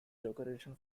decoration